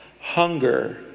Hunger